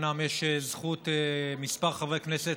כמה חברי כנסת,